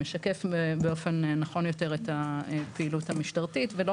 משקף באופן נכון יותר את הפעילות המשטרתית ולא